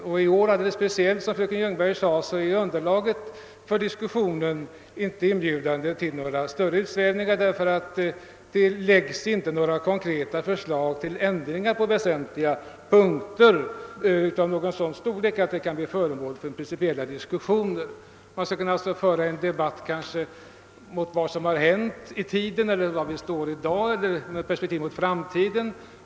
Det gäller alldeles speciellt i år, då nämligen, såsom fröken Ljungberg sade, underlaget för diskussionen inte inbjuder till några större utsvävningar, därför att det inte framläggs några förslag till ändringar på väsentliga punkter av sådan storlek, att de kan bli föremål för några principiella diskussioner. Man skulle därför kanske kunna föra en debatt mot bakgrunden av vad som har hänt förut i tiden eller var vi står i dag eller med perspektiv mot framtiden.